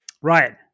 ryan